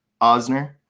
Osner